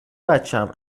بچم